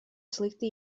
slikti